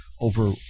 over